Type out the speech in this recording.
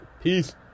Peace